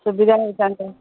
ସୁବିଧା ହୋଇଥାନ୍ତା